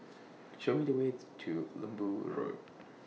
Show Me The ways to Lembu Road